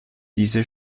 diese